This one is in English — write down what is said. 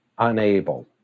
unable